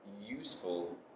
useful